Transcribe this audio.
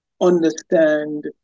understand